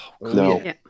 No